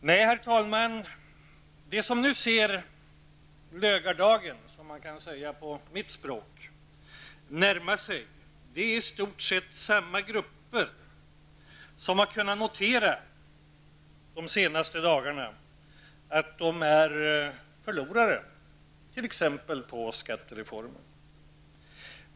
Nej, herr talman, de som nu ser lögardagen, som man kan säga på mitt språk, närma sig är i stort sett samma grupper som de senaste dagarna har kunnat notera att de är förlorare i t.ex. skattereformen.